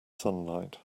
sunlight